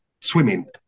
swimming